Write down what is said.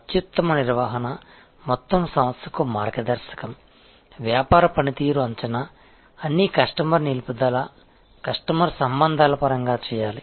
అత్యుత్తమ నిర్వహణ మొత్తం సంస్థకు మార్గదర్శకం వ్యాపార పనితీరు అంచనా అన్నీ కస్టమర్ నిలుపుదల కస్టమర్ సంబంధాల పరంగా చేయాలి